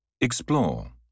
Explore